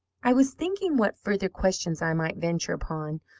i was thinking what further questions i might venture upon,